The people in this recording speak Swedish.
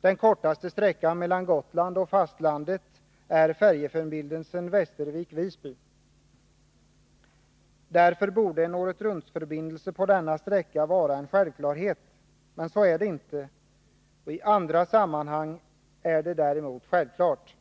Den kortaste sträckan mellan Gotland och fastlandet är Västervik-Visby. Därför borde en färjeförbindelse året runt på denna sträcka vara en självklarhet. Men så är det inte. I andra sammanhang är det däremot självklart.